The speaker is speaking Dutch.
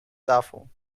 tafel